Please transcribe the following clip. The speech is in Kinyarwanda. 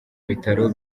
bitaro